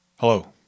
Hello